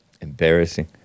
Embarrassing